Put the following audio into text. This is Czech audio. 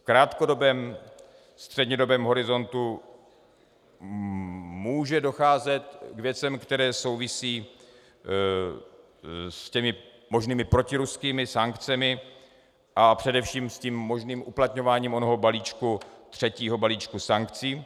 V krátkodobém a střednědobém horizontu může docházet k věcem, které souvisí s možnými protiruskými sankcemi a především s možným uplatňováním onoho třetího balíčku sankcí.